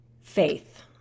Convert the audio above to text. faith